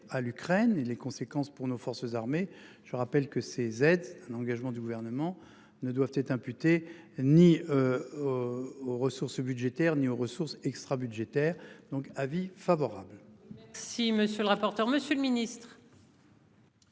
l'Ukraine et les conséquences pour nos forces armées. Je rappelle que ces aides l'engagement du gouvernement ne doivent être imputée ni. Aux ressources budgétaires ni aux ressources extra-budgétaires, donc avis favorable. Si monsieur le rapporteur. Monsieur le ministre.